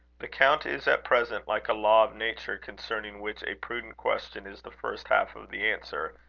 the count is at present like a law nature concerning which a prudent question is the first half of the answer,